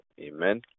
Amen